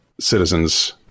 citizens